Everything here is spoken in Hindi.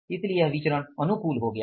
इसलिए यह विचरण अनुकूल हो गया है